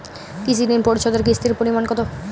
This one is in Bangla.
কৃষি ঋণ পরিশোধের কিস্তির পরিমাণ কতো?